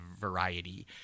variety